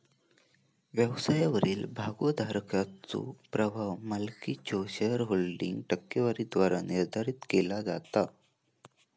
व्यवसायावरील भागोधारकाचो प्रभाव मालकीच्यो शेअरहोल्डिंग टक्केवारीद्वारा निर्धारित केला जाता